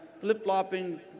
flip-flopping